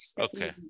okay